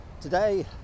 today